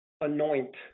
anoint